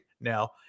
now